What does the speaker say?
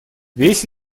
весь